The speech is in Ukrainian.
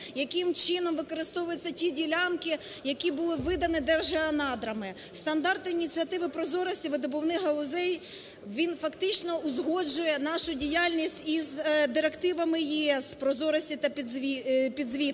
яким чином використовуються ті ділянки, які були видані Держгеонадрами. Стандарт Ініціативи прозорості видобувних галузей, він фактично узгоджує нашу діяльність із директивами ЄС прозорості та підзвітності.